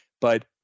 But-